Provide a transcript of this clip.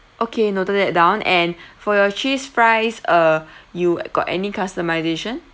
okay noted that down and for your cheese fries uh you got any customisation